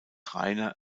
reiner